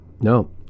No